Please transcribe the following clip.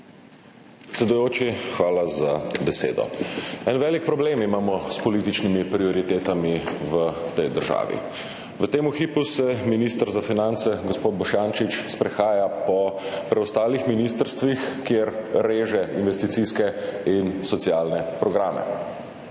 Predsedujoči, hvala za besedo. En velik problem imamo s političnimi prioritetami v tej državi. V tem hipu se minister za finance gospod Boštjančič sprehaja po preostalih ministrstvih, kjer reže investicijske in socialne programe.